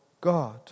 God